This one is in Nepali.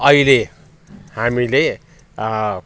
अहिले हामीले